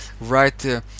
right